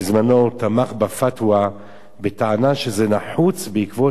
שבזמנו תמך בפתווה בטענה שזה נחוץ בעקבות